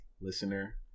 Listener